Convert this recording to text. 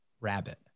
Rabbit